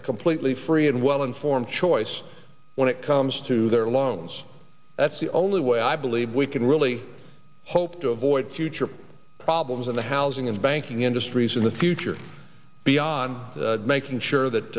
a completely free and well informed choice when it comes to their loans that's the only way i believe we can really hope to avoid future problems in the housing and banking industries in the future beyond making sure that